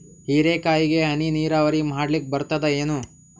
ಹೀರೆಕಾಯಿಗೆ ಹನಿ ನೀರಾವರಿ ಮಾಡ್ಲಿಕ್ ಬರ್ತದ ಏನು?